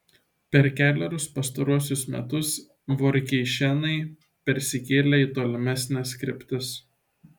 per kelerius pastaruosius metus vorkeišenai persikėlė į tolimesnes kryptis